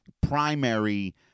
primary